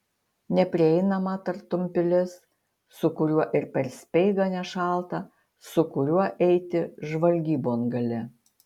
neprieinamą tartum pilis su kuriuo ir per speigą nešalta su kuriuo eiti žvalgybon gali